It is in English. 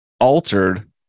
altered